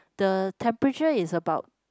the temperature is about